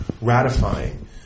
ratifying